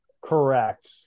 correct